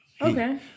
Okay